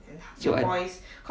so I